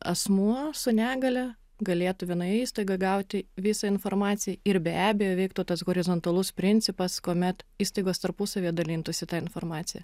asmuo su negalia galėtų vienoje įstaigoj gauti visą informaciją ir be abejo veiktų tas horizontalus principas kuomet įstaigos tarpusavyje dalintųsi ta informacija